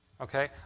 Okay